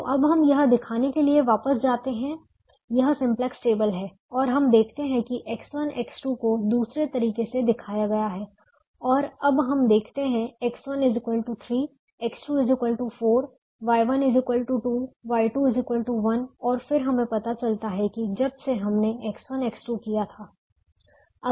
तो अब हम यह दिखाने के लिए वापस जाते हैं यह सिम्प्लेक्स टेबल है और हम देखते है कि X1 X2 को दूसरे तरीके से दिखाया गया है और अब हम देखते है X1 3 X2 4 Y1 2 Y2 1 और फिर हमें पता चलता है कि जब से हमने X1 X2 किया था